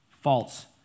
false